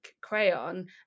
crayon